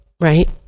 right